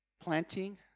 planting